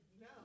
no